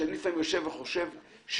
לפעמים אני יושב וחושב ששיניתי,